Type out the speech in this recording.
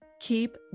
keep